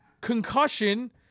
concussion